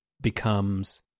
becomes